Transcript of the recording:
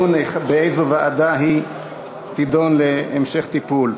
אני מבקשת לצרף את שמי לפרוטוקול.